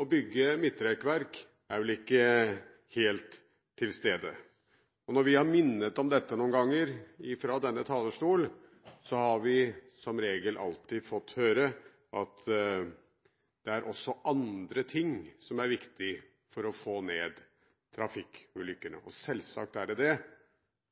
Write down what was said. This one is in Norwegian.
å bygge midtrekkverk er vel ikke helt til stede. Når vi har minnet om dette noen ganger fra denne talerstol, har vi som regel alltid fått høre at det også er andre ting som er viktig for å få ned trafikkulykkene. Selvsagt er det det,